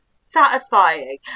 satisfying